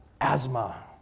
asthma